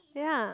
ya